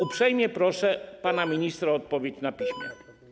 Uprzejmie proszę pana ministra o odpowiedź na piśmie.